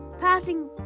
passing